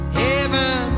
heaven